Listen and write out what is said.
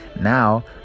Now